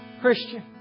Christian